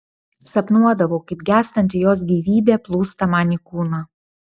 sapnuodavau kaip gęstanti jos gyvybė plūsta man į kūną